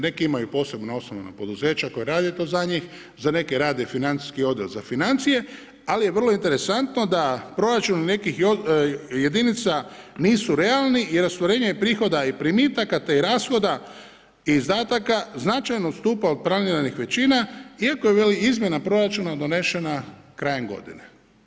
Neki imaju posebno osnovana poduzeća koja rade to za njih, za neke rade financijski odjel za financije ali je vrlo interesantno da proračuni nekih jedinica nisu realni i … prihoda i primitaka, te i rashoda i izdataka značajno odstupa od planiranih većina iako je veli izmjena proračuna donešena krajem godine.